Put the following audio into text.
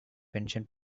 pension